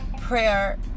prayer